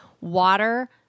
water